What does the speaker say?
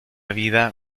vida